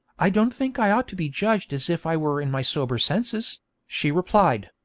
i don't think i ought to be judged as if i were in my sober senses she replied.